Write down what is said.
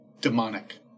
demonic